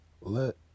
let